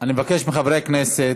אני מבקש מחברי הכנסת,